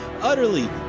utterly